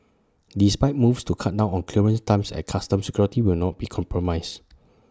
despite moves to cut down on clearance times at checkpoints security will not be compromised